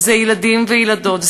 זה ילדים וילדות,